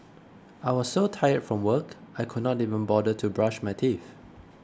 I was so tired from work I could not even bother to brush my teeth